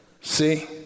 See